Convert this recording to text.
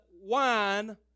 wine